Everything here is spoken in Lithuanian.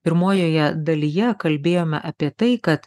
pirmojoje dalyje kalbėjome apie tai kad